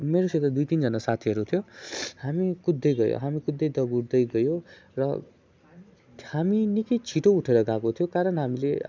मेरोसित दई तिनजाना साथीहरू थियो हामी कुद्दै गयो हामी कुद्दै दगुर्दै गयो र हामी निकै छिटो उठेर गएको थियो कारण हामीले